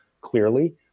clearly